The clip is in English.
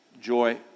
joy